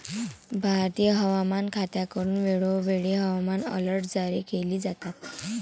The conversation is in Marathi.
भारतीय हवामान खात्याकडून वेळोवेळी हवामान अलर्ट जारी केले जातात